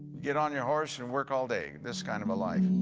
get on your horse and work all day, this kind of a life.